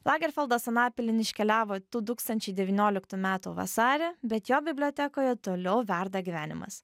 lagerfeldas anapilin iškeliavo du tūkstančiai devynioliktų metų vasarį bet jo bibliotekoje toliau verda gyvenimas